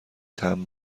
تمبر